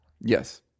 Yes